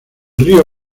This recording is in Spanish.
río